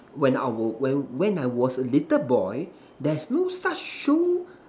when I was when when I was a little boy there's no such show